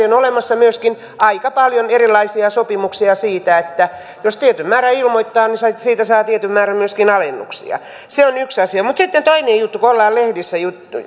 on olemassa myöskin aika paljon erilaisia sopimuksia siitä että jos tietyn määrän ilmoittaa niin siitä saa tietyn määrän myöskin alennuksia se on yksi asia mutta sitten toinen juttu kun ollaan lehdistä